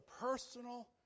personal